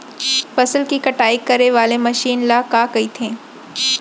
फसल की कटाई करे वाले मशीन ल का कइथे?